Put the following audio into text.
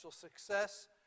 success